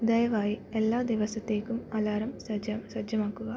ദയവായി എല്ലാ ദിവസത്തേക്കും അലാറം സജ്ജം സജ്ജമാക്കുക